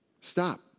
stop